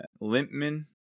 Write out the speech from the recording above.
Limpman